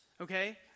Okay